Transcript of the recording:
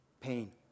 Pain